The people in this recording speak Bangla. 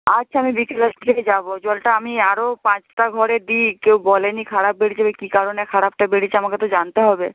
আচ্ছা আমি বিকেলের দিকে যাব জলটা আমি আরও পাঁচটা ঘরে দিই কেউ বলেনি খারাপ বেরিয়েছে এবার কী কারণে খারাপটা বেরিয়েছে আমাকে তো জানতে হবে